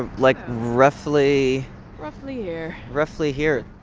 ah like roughly roughly here roughly here.